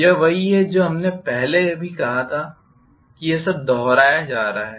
यह वही है जो हमने पहले भी कहा था कि यह सब दोहराया जा रहा है